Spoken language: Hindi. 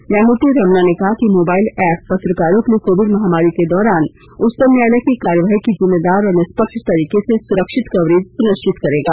न्यायमूर्ति रमणा ने कहा कि मोबाइल ऐप पत्रकारों के लिए कोविड महामारी के दौरान उच्चतम न्यायालय की कार्यवाही की जिम्मेदार और निष्पक्ष तरीके से सुरक्षित कवरेज सुनिश्चित करेगा